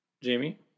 Jamie